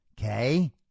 Okay